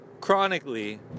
chronically